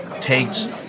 takes